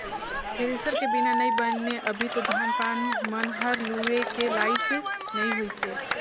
thresher के बिना नइ बने अभी तो धान पान मन हर लुए के लाइक नइ होइसे